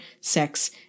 sex